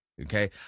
Okay